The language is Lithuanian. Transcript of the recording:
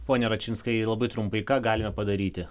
pone račinskai labai trumpai ką galime padaryti